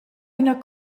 üna